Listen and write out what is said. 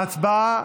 ההצבעה,